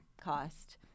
cost